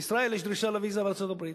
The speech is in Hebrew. ובישראל יש דרישה לוויזה לארצות-הברית?